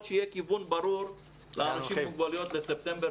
שיהיה כיוון ברור לאנשים עם מוגבלויות לספטמבר,